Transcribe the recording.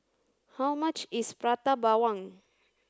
how much is Prata Bawang